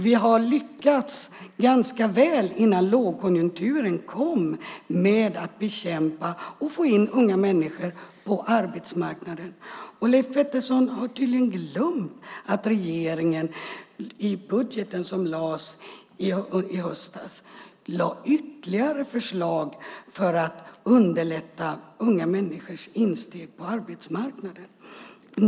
Vi har lyckats ganska väl, innan lågkonjunkturen kom, med att få in unga människor på arbetsmarknaden. Leif Pettersson har tydligen glömt att regeringen i budgeten i höstas lade fram ytterligare förslag för att underlätta unga människors insteg på arbetsmarknaden.